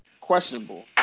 Questionable